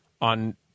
on